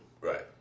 Right